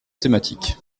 thématique